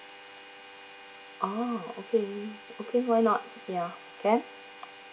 uh okay okay why not ya can